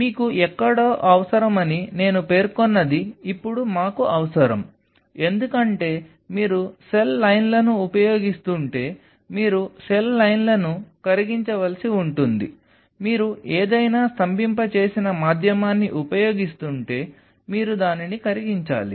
మీకు ఎక్కడో అవసరమని నేను పేర్కొన్నది ఇప్పుడు మాకు అవసరం ఎందుకంటే మీరు సెల్ లైన్లను ఉపయోగిస్తుంటే మీరు సెల్ లైన్లను కరిగించవలసి ఉంటుంది మీరు ఏదైనా స్తంభింపచేసిన మాధ్యమాన్ని ఉపయోగిస్తుంటే మీరు దానిని కరిగించాలి